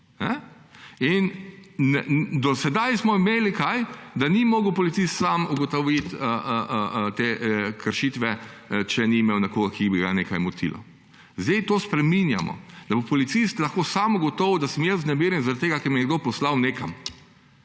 In kaj smo imeli do sedaj? Da ni mogel policist sam ugotoviti te kršitve, če ni imel nekoga, ki bi ga nekaj motilo. Zdaj to spreminjamo, da bo policist lahko sam ugotovil, da sem jaz vznemirjen zaradi tega, ker me je nekdo poslal nekam.